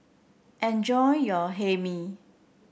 enjoy your Hae Mee